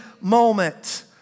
moment